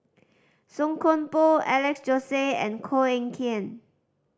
Song Koon Poh Alex Josey and Koh Eng Kian